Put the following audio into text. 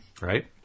Right